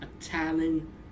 Italian